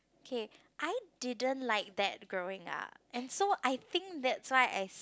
K I didn't like that growing up and so I think that's why I